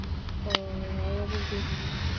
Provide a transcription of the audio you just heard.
ꯑꯣ ꯌꯥꯏꯌꯦ ꯑꯗꯨꯗꯤ